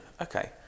Okay